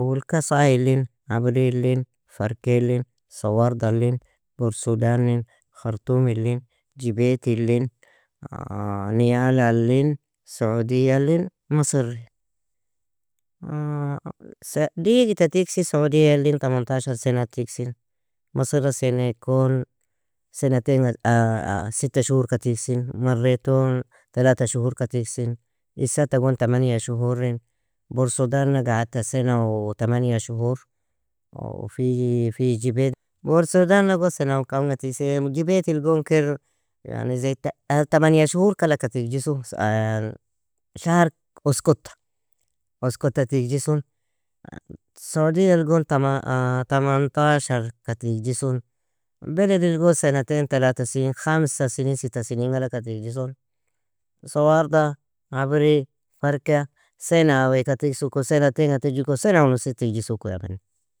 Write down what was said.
Oulka, Sailin, Abrilin, Farkelin, Sawardalin, Burudanin, khartumilin, Jibaitilin, Niyalalin, Saudialin, Masri. digita tigsi, Saudialin, tamantashar sena tigsin. Masira sena kon senatainga sitta shuhurka tigsin. Marri ton talata shuhurka tigsin. Issata gon tamania shuhurin. Bursudana قعدت سنة وتمانية شهور, وفي جبيت, Borsodana gon sena uo kamga tigse, jibetil gon ker, زي تمنية_tamanya shuhur kalka tigjisu, shahar uskota, uskota tigjisun. Sodialgon, tama_tamntaskrka tigjisu. Biledilgon سنتين تلاتة سنين, خمسة سنين, ستة سنين, galaka tigjisun. Soarda, Abri, Farka, Sena weaka tigsuko, Senateen ga tigjiko, Sena o nusi tigjisokya mena.